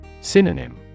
Synonym